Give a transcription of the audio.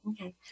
okay